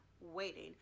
waiting